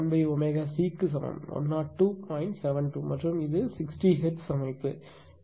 72 மற்றும் இது 60 ஹெர்ட்ஸ் அமைப்பு எனவே சி 25